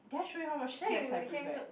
did I show you how much snacks I bring back